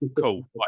cool